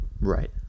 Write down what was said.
Right